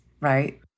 right